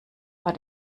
war